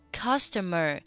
customer